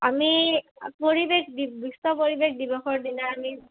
আমি পৰিৱেশ দি বিশ্ব পৰিৱেশ দিৱসৰ দিনা আমি